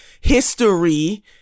History